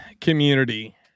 community